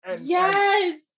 Yes